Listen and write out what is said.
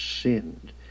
sinned